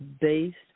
based